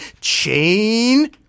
Chain